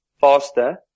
faster